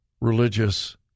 religious